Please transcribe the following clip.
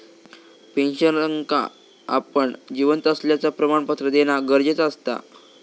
पेंशनरका आपण जिवंत असल्याचा प्रमाणपत्र देना गरजेचा असता